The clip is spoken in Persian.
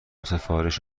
سفارش